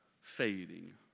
fading